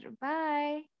Bye